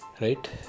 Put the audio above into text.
right